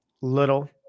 little